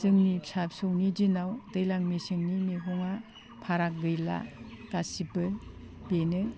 जोंनि फिसा फिसौनि दिनाव दैज्लां मेसेंनि मैगङा फाराग गैला गासैबो बेनो